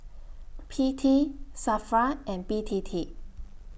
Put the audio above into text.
P T SAFRA and B T T